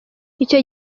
icyo